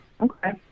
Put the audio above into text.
Okay